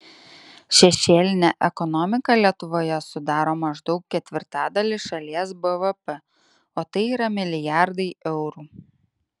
šešėlinė ekonomika lietuvoje sudaro maždaug ketvirtadalį šalies bvp o tai yra milijardai eurų